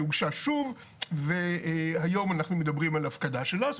היא הוגשה שוב והיום אנחנו מדברים על הפקדה שלא עשו,